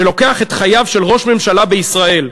שלוקח את חייו של ראש ממשלה בישראל.